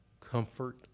comfort